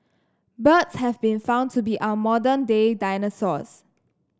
birds have been found to be our modern day dinosaurs